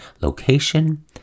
location